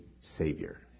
Savior